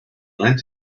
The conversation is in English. lent